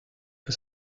que